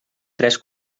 tres